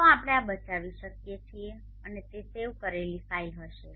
તો આપણે આ બચાવી શકીએ છીએ અને તે સેવ કરેલી ફાઇલ હશે